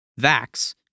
Vax